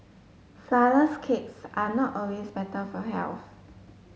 flourless cakes are not always better for health